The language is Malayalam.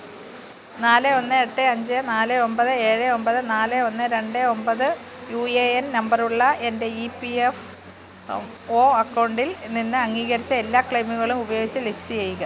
നല് ഒന്ന് എട്ട് അഞ്ച് നാല് ഒമ്പത് ഏഴ് ഒമ്പത് നാല് ഒന്ന് രണ്ട് ഒമ്പത് യു എ എൻ നമ്പർ ഉള്ള എൻ്റെ ഇ പി എഫ് ഓ അക്കൗണ്ടിൽ നിന്ന് അംഗീകരിച്ച എല്ലാ ക്ലെയിമുകളും ഉപയോഗിച്ച് ലിസ്റ്റ് ചെയ്യ്ക